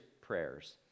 prayers